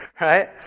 right